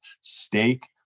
steak